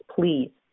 please